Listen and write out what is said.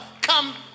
come